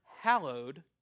hallowed